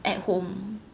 at home